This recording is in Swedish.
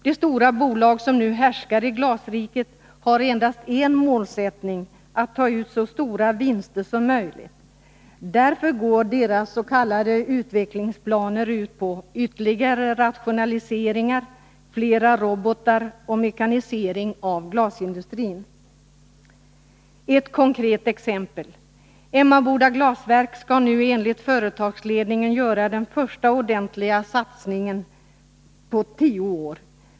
De stora bolag som nu härskar i glasriket har endast en målsättning: att ta ut så stora vinster som möjligt. Därför går deras s.k. utvecklingsplaner ut på ytterligare rationaliseringar, flera robotar och mekanisering av glasindustrin. Ett konkret exempel. Emmaboda Glasverk skall nu enligt företagsledningen göra den första ordentliga satsningen på tio år.